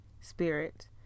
spirit